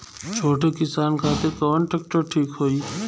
छोट किसान खातिर कवन ट्रेक्टर ठीक होई?